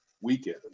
weekend